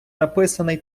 написаний